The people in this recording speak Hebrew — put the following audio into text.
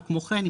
וכמו כן,